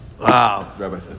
Wow